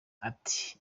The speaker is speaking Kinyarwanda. ati